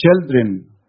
children